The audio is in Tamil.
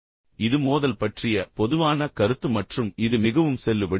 இது மோதல் பற்றிய பொதுவான கருத்து மற்றும் இது மிகவும் செல்லுபடியாகும்